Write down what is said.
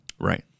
Right